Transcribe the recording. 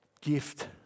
gift